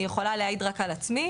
אני יכולה להעיד רק על עצמי